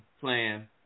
plan